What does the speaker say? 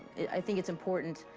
i think it's important